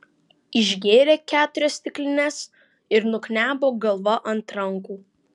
išgėrė keturias stiklines ir nuknebo galva ant rankų